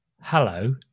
hello